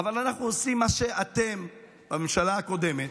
אבל אנחנו עושים מה שאתם בממשלה הקודמת,